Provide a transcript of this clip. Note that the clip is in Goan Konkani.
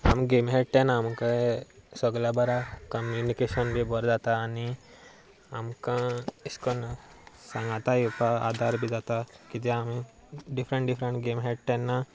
आमी गेमी खेळटा तेन्ना आमकां सगल्या बऱ्या कम्युनिकेशन बी बरें जाता आनी आमकां अशें करून सांगाता येवपा आदार बी जाता कित्याक आमी डिफरंट डिफरंट गेमी खेळटा तेन्ना